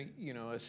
you know,